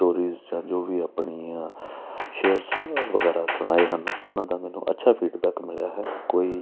stories ਜਾਂ ਜੋ ਵੀ ਆਪਣੀਆਂ ਸ਼ੇਅਰਸ ਅ ਵਗੈਰਾ ਸੁਣਾਏ ਹਨ ਉਹਨਾਂ ਦਾ ਮੈਨੂੰ ਅੱਛਾ ਫੀਡਬੈਕ ਮਿਲਿਆ ਹੈ ਕੋਈ